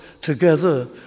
together